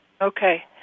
Okay